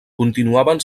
continuaven